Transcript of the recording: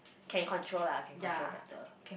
can control lah can control better